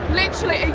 literally,